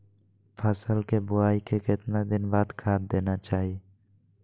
फसल के बोआई के कितना दिन बाद खाद देना चाइए?